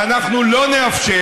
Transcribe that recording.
ואנחנו לא נאפשר,